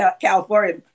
California